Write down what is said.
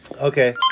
Okay